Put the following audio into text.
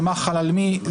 ומה חל על מי.